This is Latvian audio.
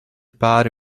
pāri